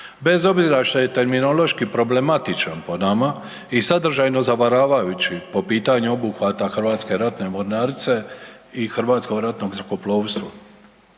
bez obzira što je terminološki problematičan po nama i sadržajno zavaravajući po pitanju obuhvata Hrvatske ratne mornarice i Hrvatskog ratnog zrakoplovstva.